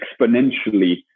exponentially